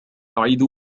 عيد